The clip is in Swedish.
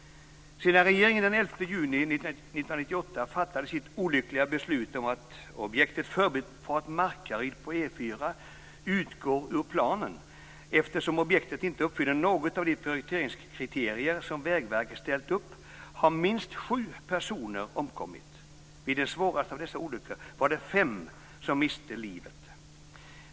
Sedan regeringen den "objektet förbifart Markaryd på E 4 utgår ur planen eftersom objektet inte uppfyller något av de prioriteringskriterier som Vägverket ställt upp" har minst sju personer omkommit. Vid den svåraste av dessa olyckor var det fem personer som miste livet.